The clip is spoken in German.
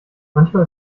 manchmal